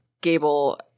Gable